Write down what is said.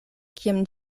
kiam